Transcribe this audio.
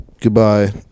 Goodbye